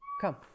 come